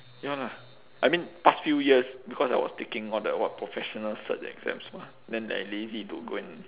ya lah I mean past few years because I was taking all the what professional cert exams !wah! then I lazy to go and